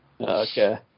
Okay